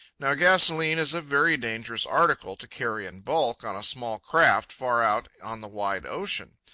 now gasolene is a very dangerous article to carry in bulk on a small craft far out on the wide ocean.